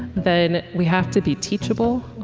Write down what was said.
then we have to be teachable.